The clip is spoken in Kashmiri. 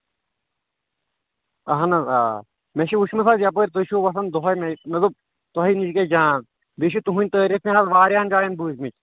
اَہن حظ آ مےٚ چھُ وٕچھمُت حظ یِپٲرۍ تُہۍ چھِو وَسان دۄہَے مے مےٚ دوٚپ تۄہہِ نِش گژھِ جان بیٚیہِ چھِ تُہٕنٛدۍ تٲریٖف مےٚ حظ واریاہن جاین بوٗزۍمٕتۍ